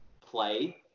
play